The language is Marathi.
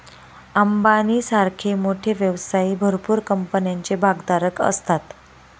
अंबानी सारखे मोठे व्यवसायी भरपूर कंपन्यांचे भागधारक असतात